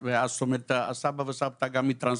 הסבא והסבתא גם מטרנסניסטריה,